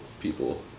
people